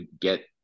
get